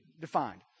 defined